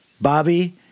Bobby